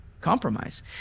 compromise